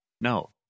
no